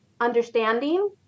understanding